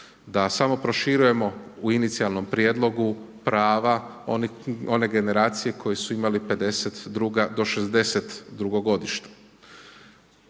Da samo proširujemo u inicijalnom prijedlogu prava one generacije koje su imali 52.-62. godište.